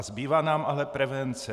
Zbývá nám ale prevence.